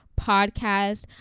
podcast